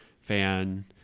fan